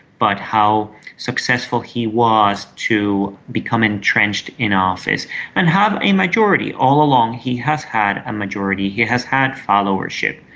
but how successful he was to become entrenched in office and have a majority. all along he has had a majority, he has had followership.